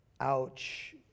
Ouch